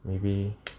maybe